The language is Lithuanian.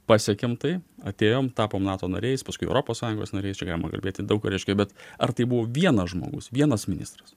pasiekėm tai atėjom tapom nato nariais paskui europos sąjungos nariais čia galima kalbėti daug reiškia bet ar tai buvo vienas žmogus vienas ministras